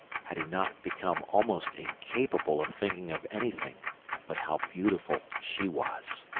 had he not become almost incapable of thinking of anything but how beautiful she was.